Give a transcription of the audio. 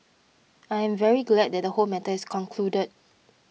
I am very glad that the whole matter is concluded